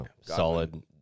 solid